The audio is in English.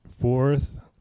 fourth